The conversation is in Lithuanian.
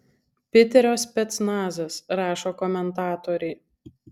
piterio specnazas rašo komentatoriai